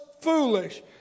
foolish